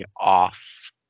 off